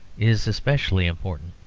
is especially important.